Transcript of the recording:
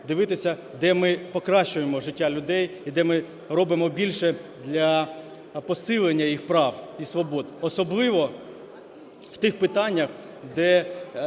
дивитися, де ми покращуємо життя людей, і де ми робимо більше для посилення їх прав і свобод, особливо в тих питаннях, де